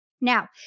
Now